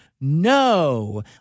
No